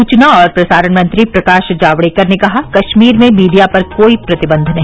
सूचना और प्रसारण मंत्री प्रकाश जावड़ेकर ने कहा कश्मीर में मीडिया पर कोई प्रतिबंध नहीं